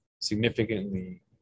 significantly